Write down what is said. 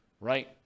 right